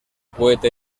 poeta